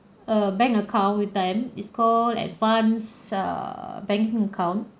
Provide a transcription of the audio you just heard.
a bank account with them is call advanced err bank income